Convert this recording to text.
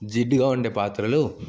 జిడ్డుగా వుండే పాత్రలు